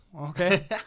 okay